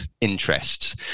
interests